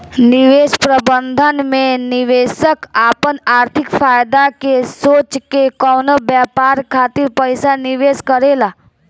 निवेश प्रबंधन में निवेशक आपन आर्थिक फायदा के सोच के कवनो व्यापार खातिर पइसा निवेश करेला